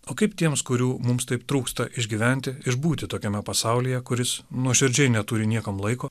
o kaip tiems kurių mums taip trūksta išgyventi išbūti tokiame pasaulyje kuris nuoširdžiai neturi niekam laiko